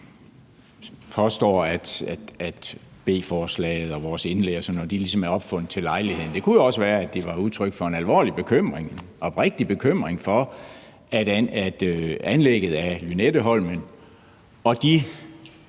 påstår, at B-forslaget og vores indlæg og sådan noget er opfundet til lejligheden. Det kunne jo også være, at det var udtryk for en alvorlig bekymring, en oprigtig bekymring i forhold til anlægget af Lynetteholmen og de